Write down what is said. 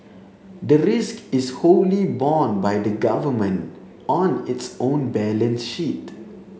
the risk is wholly borne by the Government on its own balance sheet